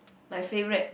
my favourite